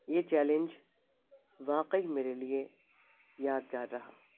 یہ چیلنج واقع میرے لیے یادگار رہا